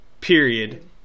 period